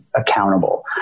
accountable